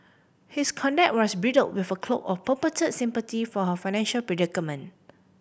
his conduct was bridled with a cloak of purported sympathy for her financial predicament